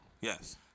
Yes